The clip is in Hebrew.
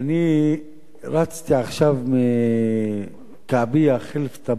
אני רצתי עכשיו מכעביה-חלף-טבאש,